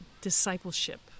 discipleship